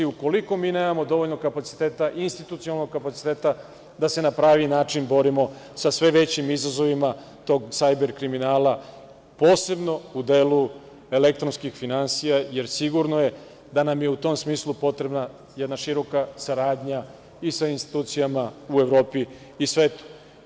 Ukoliko mi nemamo dovoljno kapaciteta, institucionalnog kapaciteta da se na pravi način borimo sa sve većim izazovima tog sajber kriminala, posebno u delu elektronskih finansija, jer je sigurno da nam je u tom smislu potrebna jedna široka saradnja i sa institucijama u Evropi i svetu.